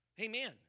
Amen